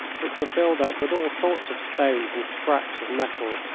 which were filled up with all sorts of stones and scraps of metal,